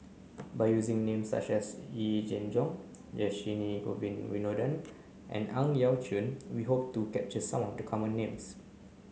by using names such as Yee Jenn Jong Dhershini Govin Winodan and Ang Yau Choon we hope to capture some of the common names